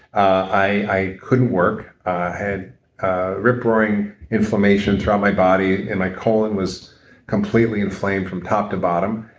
i couldn't work. i had rip roaring inflammation throughout my body and my colon was completely inflamed from top to bottom.